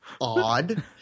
Odd